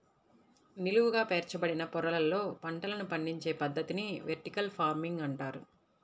నిలువుగా పేర్చబడిన పొరలలో పంటలను పండించే పద్ధతిని వెర్టికల్ ఫార్మింగ్ అంటారు